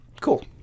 cool